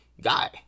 guy